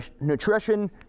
nutrition